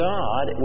God